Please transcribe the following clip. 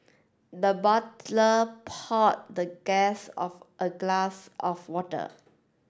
the butler poured the guest of a glass of water